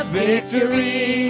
victory